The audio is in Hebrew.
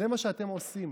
זה מה שאתם עושים.